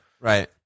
Right